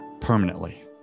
permanently